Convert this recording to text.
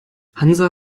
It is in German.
hansa